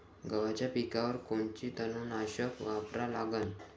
गव्हाच्या पिकावर कोनचं तननाशक वापरा लागन?